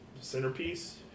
centerpiece